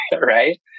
right